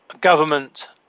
government